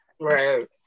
right